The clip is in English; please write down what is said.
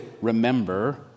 remember